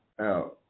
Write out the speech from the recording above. out